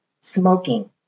smoking